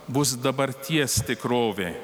bus dabarties tikrovė